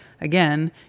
again